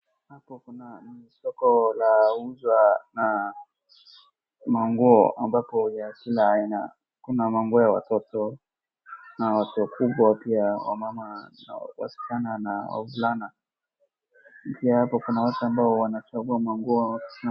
Hapo kuna soko ambalo huuza manguo mabzao ni za kila aina. Kuna manguo ya watoto na watu wakubwa pia, kuna ya wamama na wasichana na wavulana . Hapo kuna watu wanachagua manguo.